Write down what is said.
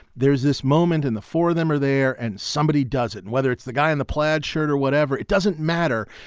there is this moment in the four of them are there and somebody does it, whether it's the guy in the plaid shirt or whatever, it doesn't matter.